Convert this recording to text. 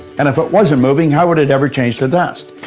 and if it wasn't moving, how would it ever change to dust?